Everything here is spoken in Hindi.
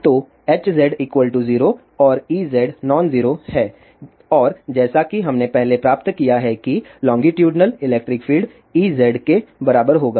तो Hz 0 और Ez नॉन जीरो है और जैसा कि हमने पहले प्राप्त किया है कि लोंगीटूडिनल इलेक्ट्रिक फील्ड Ez के बराबर होगा